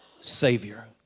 Savior